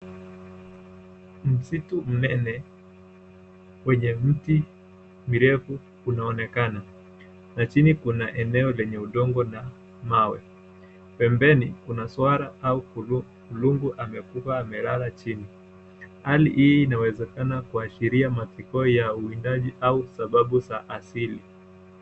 Msitu mnene wenye mti mirefu unaonekana na chini kuna eneo lenye udongo na mawe. Pembeni kuna swara au kulungu amekufa amelala chini. Hali hii inawezekana kuashiria masiko ya uwindaji au sababu za asili.